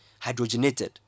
hydrogenated